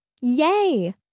Yay